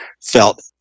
felt